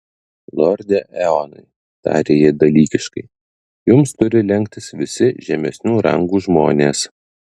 lorde eonai tarė ji dalykiškai jums turi lenktis visi žemesnių rangų žmonės